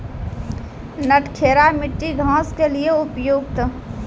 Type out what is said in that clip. नटखेरा मिट्टी घास के लिए उपयुक्त?